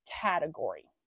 Category